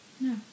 No